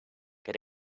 get